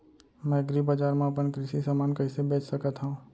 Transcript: मैं एग्रीबजार मा अपन कृषि समान कइसे बेच सकत हव?